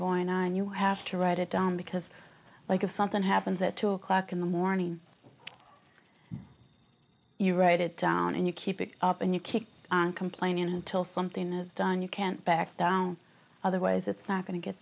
going on you have to write it down because like if something happens at two o'clock in the morning you write it down and you keep it up and you keep on complaining until something of done you can't back down otherwise it's not going to get